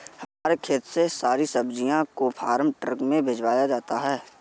हमारे खेत से सारी सब्जियों को फार्म ट्रक में भिजवाया जाता है